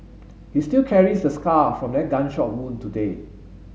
he still carries the scar from that gunshot wound today